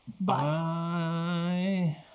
Bye